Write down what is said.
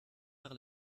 par